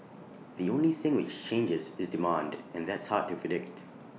the only thing which changes is demand and that's hard to predict